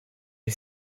est